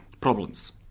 problems